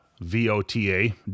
V-O-T-A